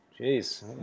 Jeez